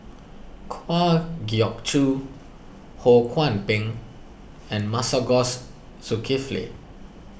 Kwa Geok Choo Ho Kwon Ping and Masagos Zulkifli